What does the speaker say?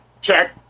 check